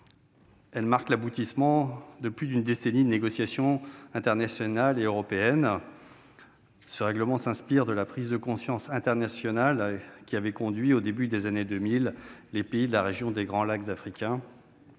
Elle marque l'aboutissement de plus d'une décennie de négociations internationales et européennes. Ce règlement s'inspire de la prise de conscience internationale qui avait conduit, au début des années 2000, les pays de la région des Grands Lacs africains,